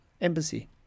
embassy